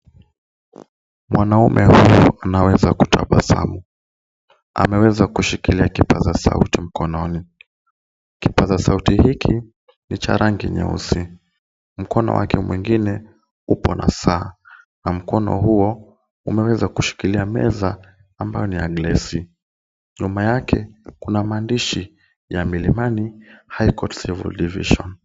Mwanamume anaweza kutabasamu. Ameweza kushikilia kipaza sauti mkononi. Kipaza sauti hiki ni cha rangi nyeusi. Mkono wake mwingine upo na saa na mkono huo umeweza kushikilia meza ambayo ni ya glasi. Nyuma yake, kuna maandishi ya Milimani High Court Civil Division.